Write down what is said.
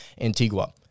Antigua